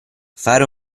fare